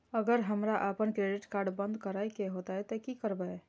अगर हमरा आपन क्रेडिट कार्ड बंद करै के हेतै त की करबै?